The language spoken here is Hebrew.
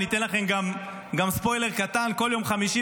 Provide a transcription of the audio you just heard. אני אתן לכם גם ספוילר קטן: כל יום חמישי